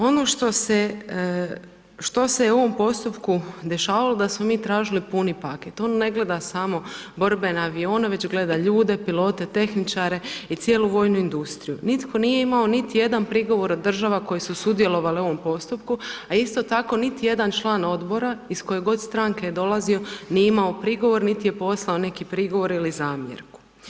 Ono što se, što se u ovom postupku dešavalo da smo mi tražili puni paket, on ne gleda samo borbene avione, već gleda ljude, pilote, tehničare i cijelu vojnu industriju, nitko nije imao niti jedan prigovor od država koje su sudjelovale u ovom postupku, a isto tako niti jedan član Odbora iz koje god stranke je dolazio, nije imao prigovor, niti je poslao neki prigovor ili zamjerku.